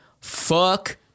fuck